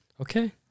Okay